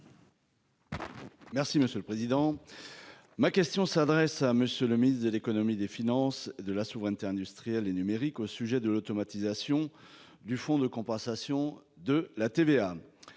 Merci monsieur le président. Ma question s'adresse à monsieur le ministre de l'Économie et des Finances, de la souveraineté industrielle et numérique au sujet de l'automatisation. Du fonds de compensation de la TVA.